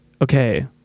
okay